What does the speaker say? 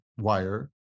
wire